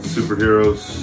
Superheroes